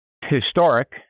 Historic